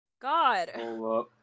God